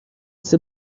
بسته